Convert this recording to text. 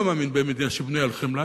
אני לא מאמין במדינה שבנויה על חמלה,